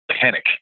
panic